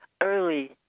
early